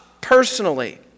personally